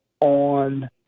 on